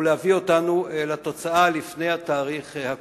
ולהביא אותנו אל התוצאה לפני התאריך הקובע.